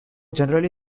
generally